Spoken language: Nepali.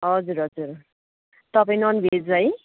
हजुर हजुर तपाईँ नन भेज है